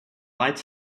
lights